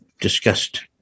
discussed